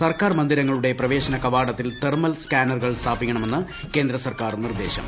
സർക്കാർ മന്ദിരങ്ങളുടെ പ്രവേശന കവാടത്തിൽ തെർമൽ സ്കാനറുകൾ സ്ഥാപിക്കണമെന്ന് കേന്ദ്രസർക്കാർ നിർദ്ദേശം